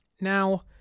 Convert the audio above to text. Now